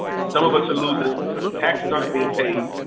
and some of us are losing it because the taxes aren't being paid.